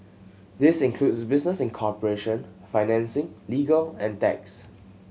this includes business incorporation financing legal and tax